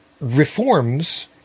reforms